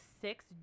six